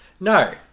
No